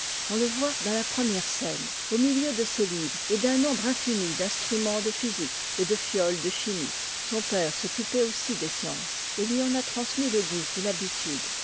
on le voit dans la première scène au milieu de ses livres et d'un nombre infini d'instruments de physique et de fioles de chimie son père s'occupait aussi des sciences et lui en a transmis le goût et l'habitude